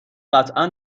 قطعا